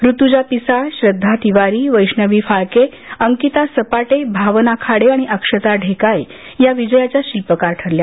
ऋतूजा पिसाळ श्रद्धा तिवारी वैष्णवी फाळके अंकिता सपाटे भावना खाडे आणि अक्षता ढेकाळे या विजयाच्या शिल्पकार ठरल्या